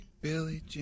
Billy